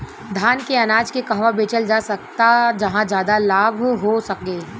धान के अनाज के कहवा बेचल जा सकता जहाँ ज्यादा लाभ हो सके?